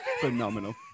Phenomenal